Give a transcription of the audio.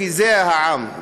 כי זה העם.